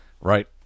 right